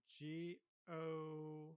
G-O